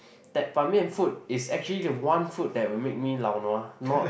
that Ban-Mian food is actually the one food that will make me lao nua not